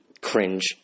cringe